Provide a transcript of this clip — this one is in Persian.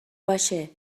باشه